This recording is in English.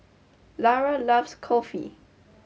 Lara loves Kulfi